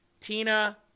Tina